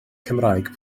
cymraeg